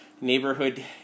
neighborhood